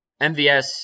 MVS